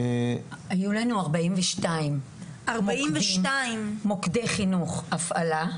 היו לנו 42 מוקדי חינוך, הפעלה.